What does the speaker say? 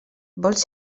vols